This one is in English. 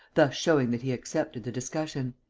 thus showing that he accepted the discussion.